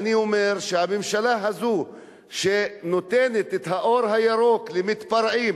אני אומר שהממשלה הזאת שנותנת אור ירוק למתפרעים,